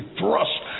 thrust